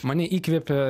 mane įkvėpė